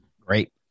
great